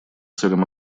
целям